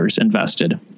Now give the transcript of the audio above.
invested